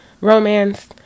romance